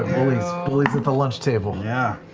ah bullies bullies at the lunch table. yeah